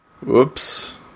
Whoops